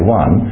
one